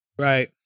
right